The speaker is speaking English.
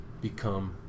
become